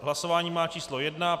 Hlasování má číslo 1.